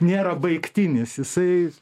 nėra baigtinis jisai